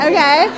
Okay